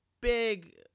big